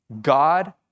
God